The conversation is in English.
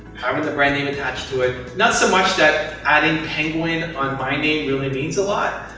having the brand name attached to it. not so much that adding penguin on my name really means a lot,